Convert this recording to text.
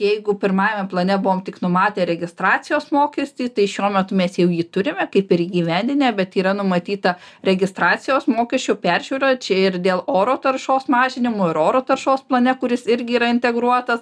jeigu pirmajam plane buvom tik numatę registracijos mokestį tai šiuo metu mes jau jį turime kaip ir įgyvendinę bet yra numatyta registracijos mokesčio peržiūra čia ir dėl oro taršos mažinimo ir oro taršos plane kuris irgi yra integruotas